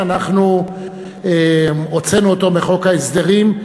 אנחנו הוצאנו אותו מחוק ההסדרים,